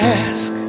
ask